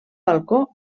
balcó